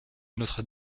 notre